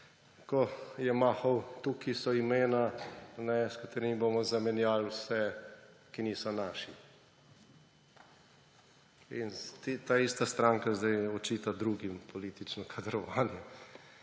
ko je mahal: » Tukaj so imena, s katerimi bomo zamenjali vse, ki niso naši!« In ta ista stranke sedaj očita drugim politično kadrovanje.